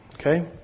okay